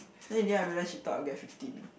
then in the end I realize she thought I'll get fifty